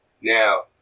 Now